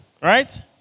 right